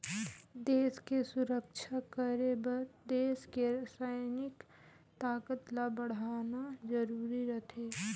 देस के सुरक्छा करे बर देस के सइनिक ताकत ल बड़हाना जरूरी रथें